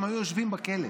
הם היו יושבים בכלא,